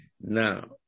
now